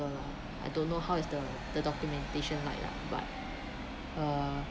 I don't know how is the the documentation like lah but uh